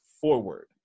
forward